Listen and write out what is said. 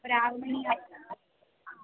ഒരു ആറ് മണി ആറര ആ